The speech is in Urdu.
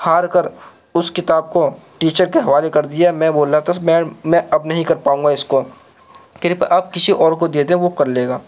ہار کر اس کتاب کو ٹیچر کے حوالے کر دیا میں بول رہا تھا میم میں اب نہیں کر پاؤں گا اس کو کرپیا آپ کسی اور کو دے دیں وہ کر لے گا